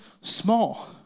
small